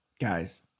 guys